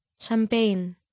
Champagne